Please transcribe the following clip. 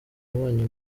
yabonye